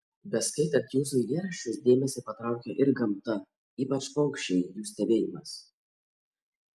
beskaitant jūsų eilėraščius dėmesį patraukia ir gamta ypač paukščiai jų stebėjimas